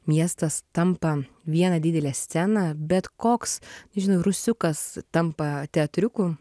miestas tampa viena didele scena bet koks žinot rūsiukas tampa teatriuku